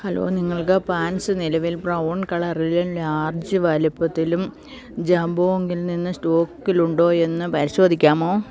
hello നിങ്ങൾക്ക് pants നിലവിൽ brown കളറിലും ലാർജ് വലുപ്പത്തിലും ജാംബോംഗില് നിന്ന് സ്റ്റോക്കിൽ ഉണ്ടോ എന്ന് പരിശോധിക്കാമോ